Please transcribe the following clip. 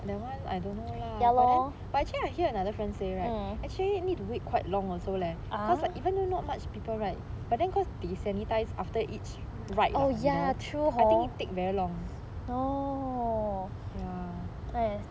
that one I don't know lah but then actually I hear another friend say right actually you need to wait quite long also leh cause like even though not much people right but then cause they sanitise after each ride you know I think need take very long